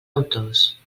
autors